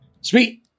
Sweet